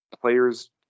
players